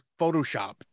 Photoshop